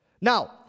now